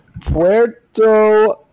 Puerto